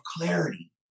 clarity